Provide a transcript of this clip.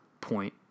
point